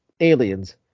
aliens